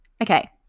okay